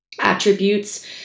attributes